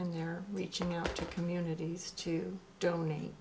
and they're reaching out to communities to donate